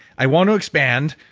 i want to expand,